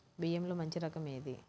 బియ్యంలో మంచి రకం ఏది?